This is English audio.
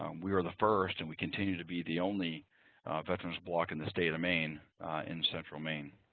um we were the first and we continue to be the only veterans block in the state of maine in central maine.